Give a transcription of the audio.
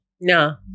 no